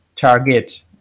target